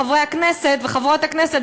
חברי הכנסת וחברות הכנסת,